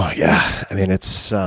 yeah. i mean it's